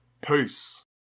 Peace